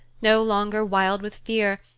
no longer wild with fear,